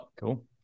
Cool